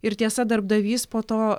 ir tiesa darbdavys po to